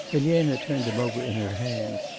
elena turned them over in her hand.